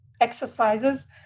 exercises